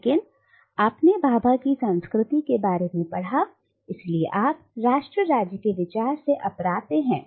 लेकिन आपने भाभा की संस्कृति के बारे में पढ़ा इसलिए आप राष्ट्र राज्य के विचार से अप्राप्य है